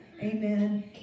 Amen